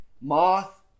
Moth